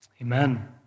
Amen